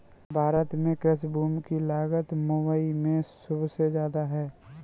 भारत में कृषि भूमि की लागत मुबई में सुबसे जादा है